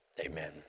Amen